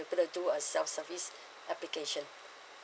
gonna do a self service application